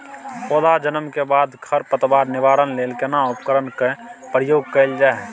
पौधा जन्म के बाद खर पतवार निवारण लेल केना उपकरण कय प्रयोग कैल जाय?